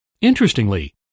Interestingly